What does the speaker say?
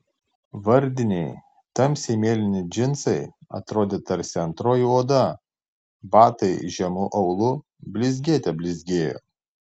vardiniai tamsiai mėlyni džinsai atrodė tarsi antroji oda batai žemu aulu blizgėte blizgėjo